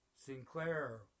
Sinclair